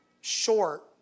short